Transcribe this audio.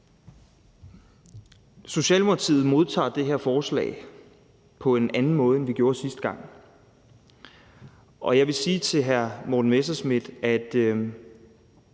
Socialdemokratiet modtager det her forslag på en anden måde, end vi gjorde sidste gang. Jeg vil sige til hr. Morten Messerschmidt, at